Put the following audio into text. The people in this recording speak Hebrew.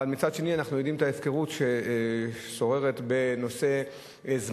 אבל מצד שני אנחנו יודעים את ההפקרות ששוררת בנושא זמנים,